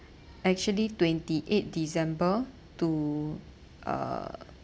actually twenty eight december to uh